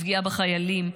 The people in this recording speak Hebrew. לפגיעה בחיילים,